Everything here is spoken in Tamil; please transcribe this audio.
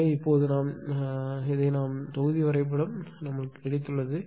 எனவே இப்போது இதை நாம் இந்த தொகுதி வரைபடம் கிடைத்துள்ளது